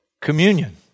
communion